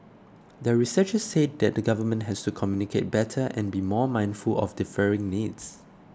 the researchers said that the Government has to communicate better and be more mindful of differing needs